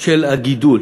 של הגידול